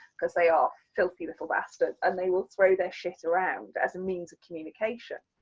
because they are filthy little bastard, and they will throw their shit around as a means of communication.